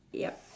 yup